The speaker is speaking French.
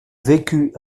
vécut